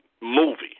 movie